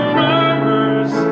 murmurs